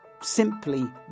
simply